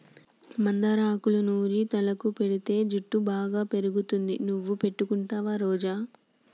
మందార ఆకులూ నూరి తలకు పెటితే జుట్టు బాగా పెరుగుతుంది నువ్వు పెట్టుకుంటావా రోజా